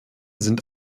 sind